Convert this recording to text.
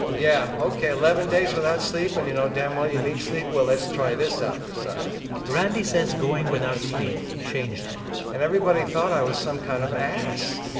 yeah, ok, eleven days without sleep when you know damn well you need sleep well, let's try this out for size randy says going without sleep changed him and everybody thought i was some kind of ass.